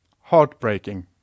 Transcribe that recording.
heartbreaking